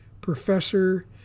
professor